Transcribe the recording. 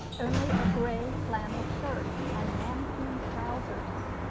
only a grey flannel shirt and nankeen trousers,